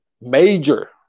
major